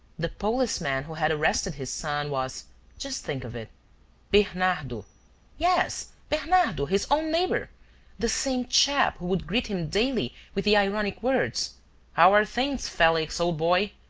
the policeman who had arrested his son was just think of it bernardo yes, bernardo, his own neighbor the same chap who would greet him daily with the ironic words how are things, felix old boy?